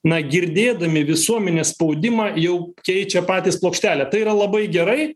na girdėdami visuomenės spaudimą jau keičia patys plokštelę tai yra labai gerai